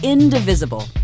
Indivisible